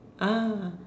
ah